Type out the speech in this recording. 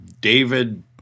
David